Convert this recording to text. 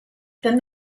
than